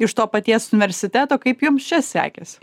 iš to paties unversiteto kaip jums čia sekėsi